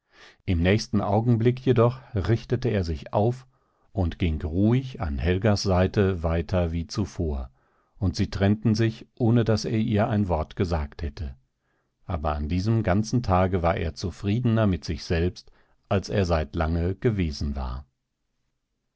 im nächsten augenblick jedoch richtete er sich auf und ging ruhig an helgas seite weiter wie zuvor und sie trennten sich ohne daß er ihr ein wort gesagt hatte aber an diesem ganzen tage war er zufriedener mit sich selbst als er seit lange gewesen war